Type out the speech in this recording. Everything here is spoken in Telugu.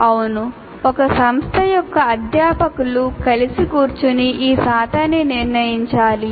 అవును ఒక సంస్థ యొక్క అధ్యాపకులు కలిసి కూర్చుని ఈ శాతాన్ని నిర్ణయించాలి